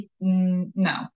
no